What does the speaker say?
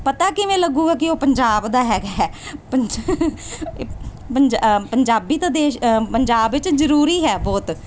ਪਤਾ ਕਿਵੇਂ ਲੱਗੇਗਾ ਕਿ ਉਹ ਪੰਜਾਬ ਦਾ ਹੈਗਾ ਹੈ ਪੰਜਾ ਪੰਜਾ ਪੰਜਾਬੀ ਤਾਂ ਦੇਸ਼ ਪੰਜਾਬ ਵਿੱਚ ਜ਼ਰੂਰੀ ਹੈ ਬਹੁਤ